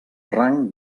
rang